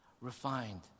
refined